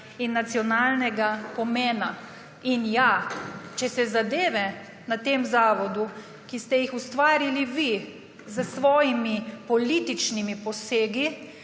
in nacionalnega pomena. In ja, če se zadeve na tem zavodu, ki ste jih ustvarili vi s svojimi političnimi posegi,